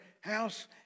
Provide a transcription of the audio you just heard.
house